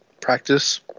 practice